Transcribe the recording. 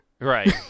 Right